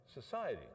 society